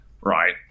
right